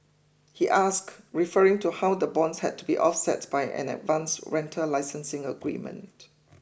he asked referring to how the bonds had to be offset by an advance rental licensing agreement